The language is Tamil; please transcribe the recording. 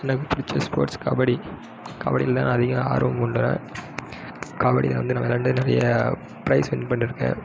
எனக்கு பிடிச்ச ஸ்போட்ஸ் கபடி கபடியில் தான் நான் அதிக ஆர்வம் கொண்டேன் கபடியில் வந்து நான் விளாண்டு நிறைய ப்ரைஸ் வின் பண்ணிருக்கேன்